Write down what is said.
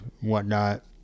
whatnot